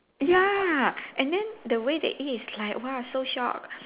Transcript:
ya and then the way they eat is like !wah! so shiok